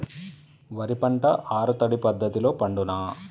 వరి పంట ఆరు తడి పద్ధతిలో పండునా?